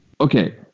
okay